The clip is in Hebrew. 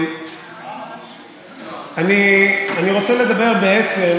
אני רוצה לדבר בעצם